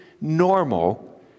normal